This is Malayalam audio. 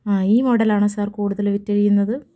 ആ ഈ മോഡല ആണ് സാർ കൂടുതൽ വിറ്റഴിയുന്നത്